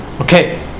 Okay